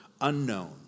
unknown